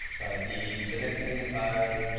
but the the next thing um